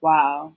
Wow